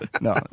No